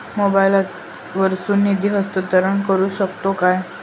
मोबाईला वर्सून निधी हस्तांतरण करू शकतो काय?